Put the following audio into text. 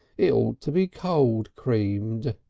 it ought to be cold-creamed.